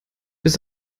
bis